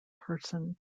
person